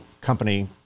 company